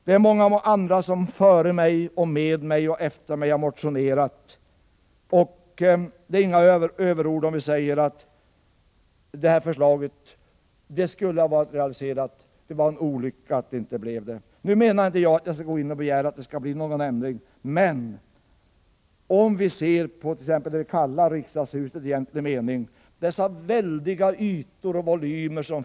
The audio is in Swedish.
Det är många andra som före mig, med mig och efter mig har motionerat i frågan, och det är inga överord att säga att detta förslag skulle ha realiserats och att det var en olycka att det inte blev så. Jag avser dock inte nu begära att det skall bli någon ändring. Men vi kan se på det kalla riksdagshuset, på de väldiga ytorna och volymerna.